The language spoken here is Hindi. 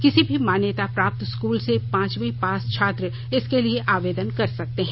किसी भी मान्यता प्राप्त स्कूल से पांचवी पास छात्र इसके लिए आवेदन कर सकते हैं